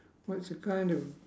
well it's a kind of